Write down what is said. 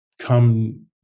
come